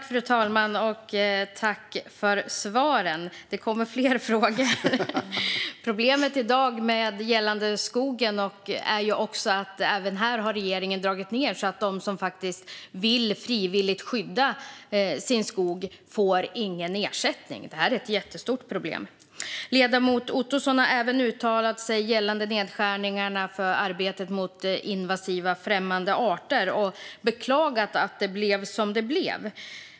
Fru talman! Även när det gäller skogen har regeringen dragit ned så att de som frivilligt vill skydda sin skog inte får någon ersättning. Det är ett stort problem. Ledamoten Ottosson har också uttalat sig om nedskärningarna på arbetet mot invasiva, främmande arter och beklagat att det blev som det blev.